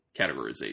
categorization